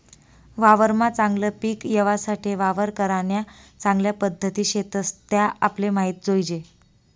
वावरमा चागलं पिक येवासाठे वावर करान्या चांगल्या पध्दती शेतस त्या आपले माहित जोयजे